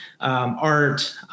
art